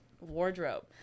wardrobe